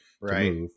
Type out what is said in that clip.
Right